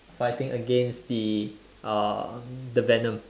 fighting against the uh the venom